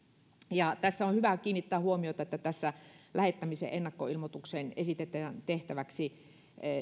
tässä on hyvä kiinnittää huomiota siihen että lähettämisen ennakkoilmoitukseen esitetään tehtäväksi